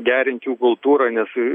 gerint jų kultūrą nes